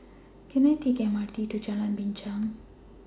Can I Take The M R T to Jalan Binchang